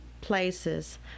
places